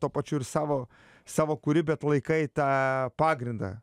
tuo pačiu ir savo savo kuri bet laikai tą pagrindą